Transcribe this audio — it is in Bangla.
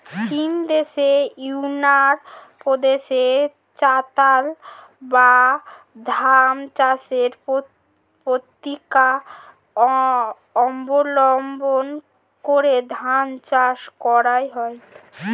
চীনদেশের ইউনান প্রদেশে চাতাল বা ধাপ চাষের প্রক্রিয়া অবলম্বন করে ধান চাষ করা হয়